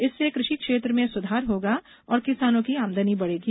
इससे कृषि क्षेत्र में सुधार होगा और किसानों की आमदनी बढ़ेगी